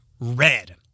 Red